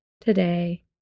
today